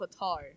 Qatar